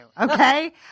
Okay